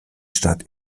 stadt